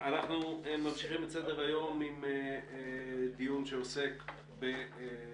אנחנו ממשיכים את סדר היום עם דיון שעוסק בתאונות